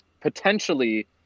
Potentially